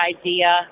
idea